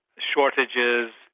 shortages,